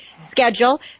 schedule